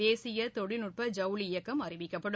தேசிய தொழில்நுட்ப ஜவுளி இயக்கம் அறிவிக்கப்படும்